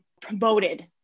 promoted